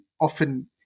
often